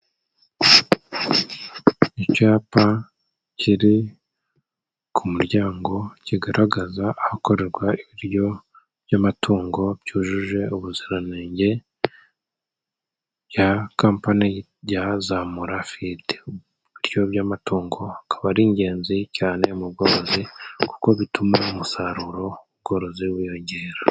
Icyapa kiri ku muryango kigaragaza ahakorerwa ibiryo by'amatungo byujuje ubuziranenge bya kampani ya zamurafidi. Ibiryo by'amatungo akaba ari ingenzi cyane mu bworozi, kuko bituma umusaruro w'ubworozi wiyongera.